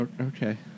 Okay